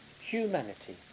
humanity